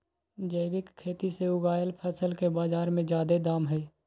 जैविक खेती से उगायल फसल के बाजार में जादे दाम हई